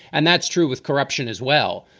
and that's true with corruption as well.